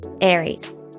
Aries